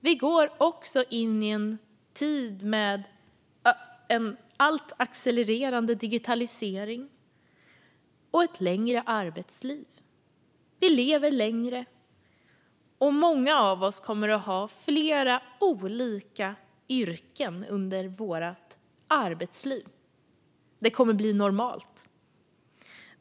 Vi går också in i en tid med en accelererande digitalisering och ett längre arbetsliv. Vi lever längre, och många av oss kommer att ha flera olika yrken under vårt arbetsliv; det kommer att bli normalt.